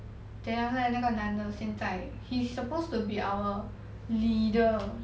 then after that 那个男的现在 he's supposed to be our leader